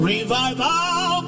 Revival